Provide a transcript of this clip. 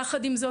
יחד עם זאת,